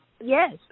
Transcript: Yes